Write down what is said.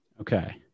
Okay